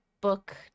book